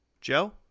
Joe